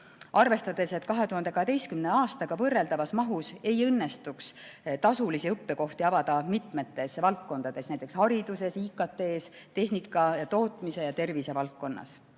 Arvestada [tuleb], et 2012. aastaga võrreldavas mahus ei õnnestuks tasulisi õppekohti avada mitmes valdkonnas, näiteks hariduses, IKT-s, tehnika ja tootmise ja tervise valdkonnas.